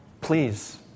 please